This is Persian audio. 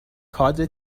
کادر